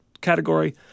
category